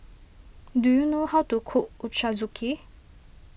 do you know how to cook Ochazuke